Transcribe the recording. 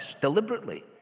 deliberately